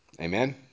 Amen